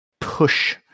push